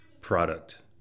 product